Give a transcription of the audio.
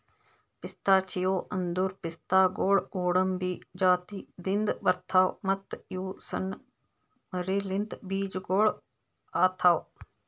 pistachio ಅಂದುರ್ ಪಿಸ್ತಾಗೊಳ್ ಗೋಡಂಬಿ ಜಾತಿದಿಂದ್ ಬರ್ತಾವ್ ಮತ್ತ ಇವು ಸಣ್ಣ ಮರಲಿಂತ್ ಬೀಜಗೊಳ್ ಆತವ್